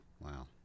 Wow